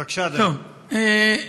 בבקשה, אדוני.